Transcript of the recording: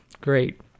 great